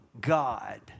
God